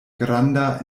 granda